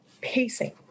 pacing